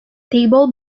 table